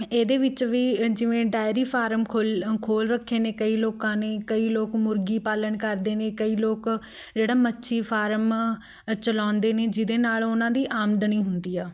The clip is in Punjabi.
ਇਹਦੇ ਵਿੱਚ ਵੀ ਜਿਵੇਂ ਡਾਇਰੀ ਫਾਰਮ ਖੋਲ੍ਹ ਖੋਲ੍ਹ ਰੱਖੇ ਨੇ ਕਈ ਲੋਕਾਂ ਨੇ ਕਈ ਲੋਕ ਮੁਰਗੀ ਪਾਲਣ ਕਰਦੇ ਨੇ ਕਈ ਲੋਕ ਜਿਹੜਾ ਮੱਛੀ ਫਾਰਮ ਚਲਾਉਂਦੇ ਨੇ ਜਿਹਦੇ ਨਾਲ ਉਹਨਾਂ ਦੀ ਆਮਦਨੀ ਹੁੰਦੀ ਆ